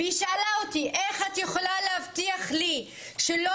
היא שאלה אותי - איך את יכולה להבטיח לי שלא